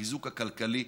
החיזוק הכלכלי.